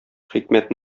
хикмәт